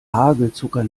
hagelzucker